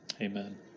Amen